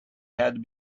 had